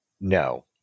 no